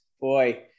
Boy